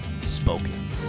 spoken